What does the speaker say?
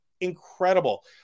incredible